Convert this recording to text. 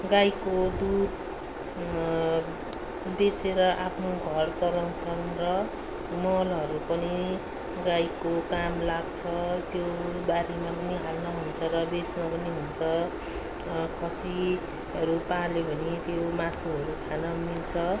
गाईको दुध बेचेर आफ्नो घर चलाउँछन् र मलहरू पनि गाईको काम लाग्छ त्यो बारीमा पनि हाल्न हुन्छ र बेच्न पनि हुन्छ खसीहरू पाल्यो भने त्यो मासुहरू खान मिल्छ